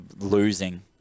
losing